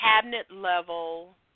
cabinet-level